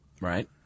Right